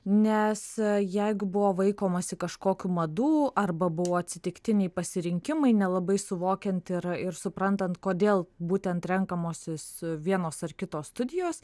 nes jeigu buvo vaikomasi kažkokių madų arba buvo atsitiktiniai pasirinkimai nelabai suvokiant ir ir suprantant kodėl būtent renkamosis vienos ar kitos studijos